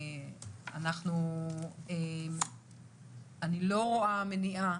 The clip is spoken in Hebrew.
אני לא רואה מניעה